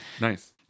Nice